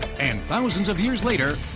and thousands of years later,